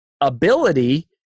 ability